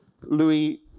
Louis